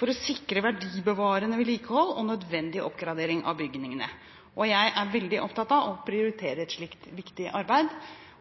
for å sikre verdibevarende vedlikehold og nødvendig oppgradering av bygningene. Jeg er veldig opptatt av å prioritere et slikt viktig arbeid,